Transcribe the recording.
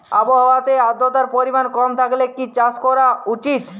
আবহাওয়াতে আদ্রতার পরিমাণ কম থাকলে কি চাষ করা উচিৎ?